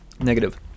negative